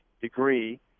degree